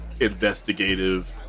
investigative